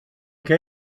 que